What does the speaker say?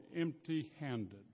empty-handed